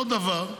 אותו דבר,